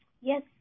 Yes